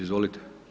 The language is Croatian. Izvolite.